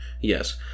Yes